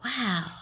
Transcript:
Wow